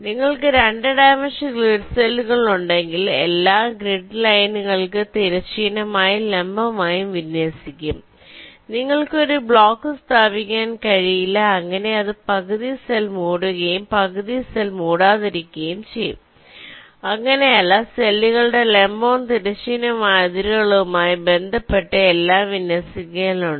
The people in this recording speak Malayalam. നിങ്ങൾക്ക് 2 ഡൈമൻഷണൽ ഗ്രിഡ് സെല്ലുകൾ ഉണ്ടെങ്കിൽ എല്ലാം ഗ്രിഡ് ലൈനുകളിലേക്ക് തിരശ്ചീനമായും ലംബമായും വിന്യസിക്കും നിങ്ങൾക്ക് ഒരു ബ്ലോക്ക് സ്ഥാപിക്കാൻ കഴിയില്ല അങ്ങനെ അത് പകുതി സെൽ മൂടുകയും പകുതി സെൽ മൂടാതിരിക്കുകയും ചെയ്യുന്നു അങ്ങനെയല്ല സെല്ലുകളുടെ ലംബവും തിരശ്ചീനവുമായ അതിരുകളുമായി ബന്ധപ്പെട്ട് എല്ലാം വിന്യസിക്കേണ്ടതുണ്ട്